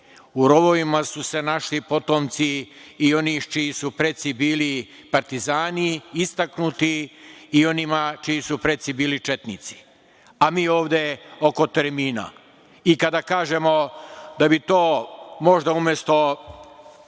U rovovima su se našli potomci i onih čiji su preci bili istaknuti partizani i onima čiji su preci bili četnici, a mi ovde oko termina. Kada kažemo da bi to možda umesto